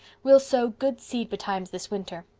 we'll sow good seed betimes this winter.